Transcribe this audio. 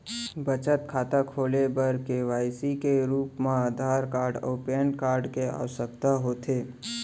बचत खाता खोले बर के.वाइ.सी के रूप मा आधार कार्ड अऊ पैन कार्ड के आवसकता होथे